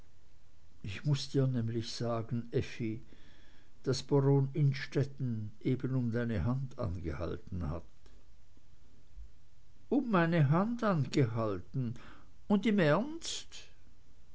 ich muß dir nämlich sagen effi daß baron innstetten eben um deine hand angehalten hat um meine hand angehalten und im ernst